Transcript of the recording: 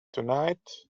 tonight